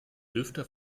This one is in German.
lüfter